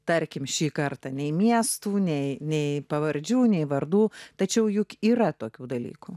tarkim šį kartą nei miestų nei nei pavardžių nei vardų tačiau juk yra tokių dalykų